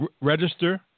register